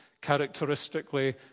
characteristically